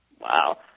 Wow